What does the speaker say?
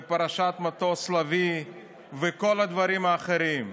פרשת מטוס הלביא וכל הדברים האחרים.